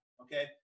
Okay